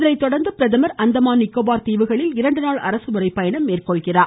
இதனைத்தொடர்ந்து பிரதமர் அந்தமான் நிகோபார் தீவுகளில் இரண்டு நாள் அரசுமுறைப் பயணம் மேற்கொள்கிறார்